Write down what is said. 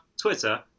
Twitter